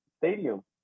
stadium